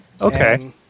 Okay